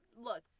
Look